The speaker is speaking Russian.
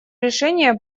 решения